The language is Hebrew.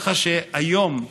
כך שהיום,